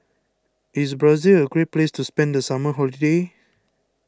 is Brazil a great place to spend the summer holiday